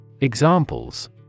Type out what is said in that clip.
Examples